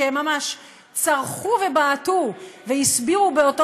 שממש צרחו ובעטו והסבירו באותות